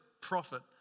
prophet